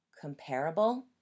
comparable